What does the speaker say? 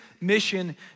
mission